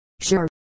sure